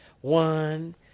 One